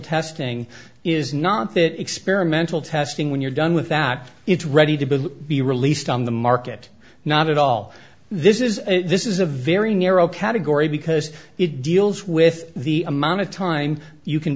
testing is not that experimental testing when you're done with that it's ready to believe be released on the market not at all this is a this is a very narrow category because it deals with the amount of time you can